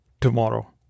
tomorrow